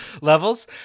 levels